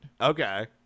Okay